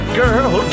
girl